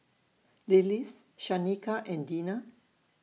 Lillis Shanika and Dina